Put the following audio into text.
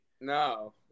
No